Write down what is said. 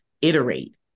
iterate